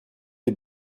les